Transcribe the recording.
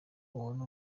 ubona